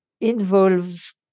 involves